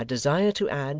i desire to add,